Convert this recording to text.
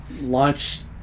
launched